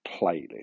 playlist